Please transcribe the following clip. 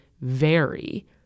vary